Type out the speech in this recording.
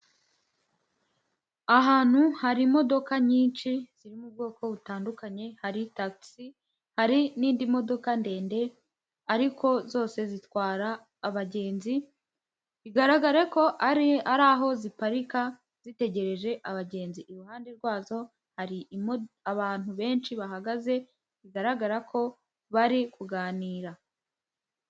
Ahantu hari imodoka nyinshi ziri mu bwoko butandukanye, hari tagisi, hari n'indi modoka ndende ariko zose zitwara abagenzi bigaragare ko ari ari aho ziparika zitegereje abagenzi iruhande rwazo hari abantu benshi bahagaze bigaragara ko bari kuganira.